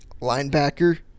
linebacker